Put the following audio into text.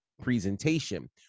presentation